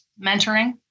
mentoring